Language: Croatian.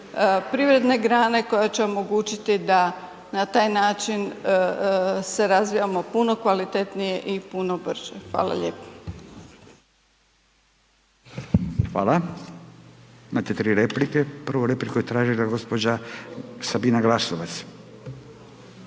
privredne grane koja će omogućiti da na taj način se razvijamo puno kvalitetnije i puno brže. Hvala lijepo. **Radin, Furio (Nezavisni)** Hvala. Imate 3 replike. Prvi repliku je tražila gđa. Sabina Glasovac.